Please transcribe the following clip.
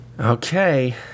Okay